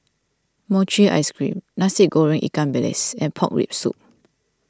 Mochi Ice Cream Nasi Goreng Ikan Bilis and Pork Rib Soup